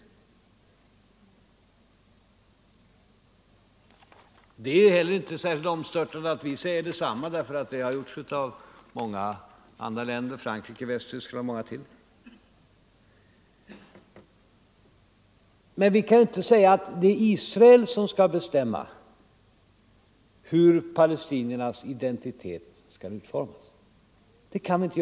Det är inte särskilt omstörtande att vi säger detsamma — det har många andra länder, bl.a. Frankrike och Västtyskland, också gjort. Vi kan ju inte säga att 169 det är Israel som skall bestämma hur palestiniernas identitet skall utformas. Det vore orimligt.